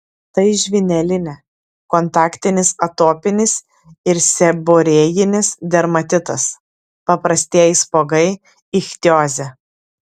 tai žvynelinė kontaktinis atopinis ir seborėjinis dermatitas paprastieji spuogai ichtiozė